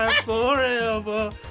forever